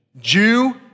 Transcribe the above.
Jew